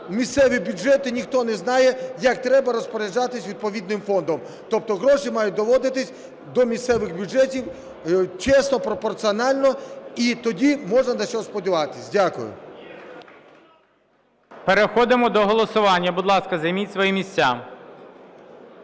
місцеві бюджети, ніхто не знає, як треба розпоряджатися відповідним фондом, тобто гроші мають доводитися до місцевих бюджетів чесно, пропорційно, і тоді можна на щось сподіватися. Дякую. ГОЛОВУЮЧИЙ. Переходимо до голосування. Будь ласка, займіть свої місця.